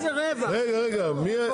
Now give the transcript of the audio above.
איזה רווח?